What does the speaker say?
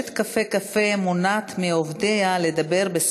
14 חברי כנסת תומכים, אין מתנגדים, אין נמנעים.